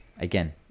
again